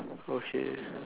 okay